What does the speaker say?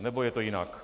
Nebo je to jinak?